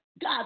God